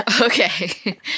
Okay